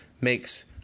makes